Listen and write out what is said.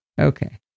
Okay